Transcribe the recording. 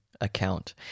account